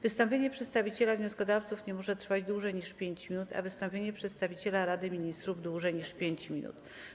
Wystąpienie przedstawiciela wnioskodawców nie może trwać dłużej niż 5 minut, a wystąpienie przedstawiciela Rady Ministrów - dłużej niż 5 minut.